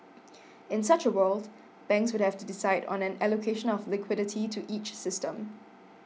in such a world banks would have to decide on an allocation of liquidity to each system